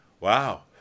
Wow